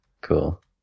Cool